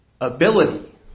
ability